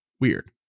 Weird